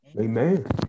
Amen